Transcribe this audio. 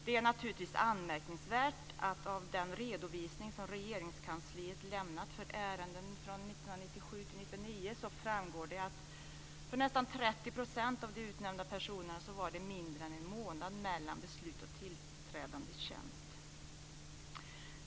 Det är naturligtvis anmärkningsvärt att av den redovisning som Regeringskansliet lämnat för ärenden från 1997 till 1999 framgår det att det för nästan 30 % av de utnämnda personerna var mindre än en månad mellan beslut och tillträdande i tjänst.